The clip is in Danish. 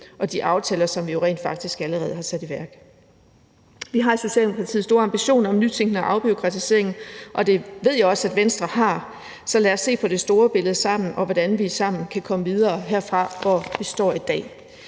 og de aftaler, som vi rent faktisk allerede har sat i værk. Vi har i Socialdemokratiet store ambitioner om nytænkning og afbureaukratisering, og det ved jeg også Venstre har, så lad os se på det store billede sammen og på, hvordan vi sammen kan komme videre herfra, hvor vi står i dag.